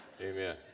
Amen